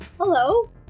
Hello